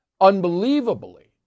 Unbelievably